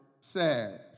says